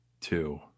Two